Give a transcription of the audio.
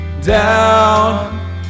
down